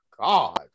God